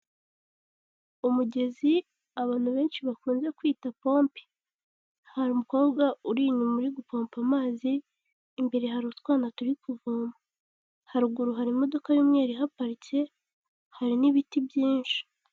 Umugezi abantu benshi bakunze kwita pompe, hari umukobwa uri inyuma uri gutompa amazi, imbere hari utwana turi kuvoma, haruguru hari imodoka y'umweru ihaparitse hari n'ibiti byinshi.